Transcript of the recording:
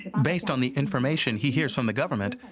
based on the information he hears from the government,